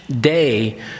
day